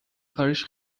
کارش